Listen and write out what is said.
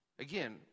Again